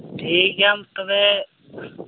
ᱴᱷᱤᱠ ᱜᱮᱭᱟᱢ ᱛᱚᱵᱮ